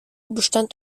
bestand